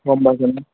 গম পাইছা নে